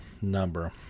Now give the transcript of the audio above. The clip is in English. number